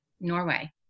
Norway